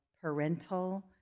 parental